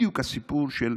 זה בדיוק הסיפור של,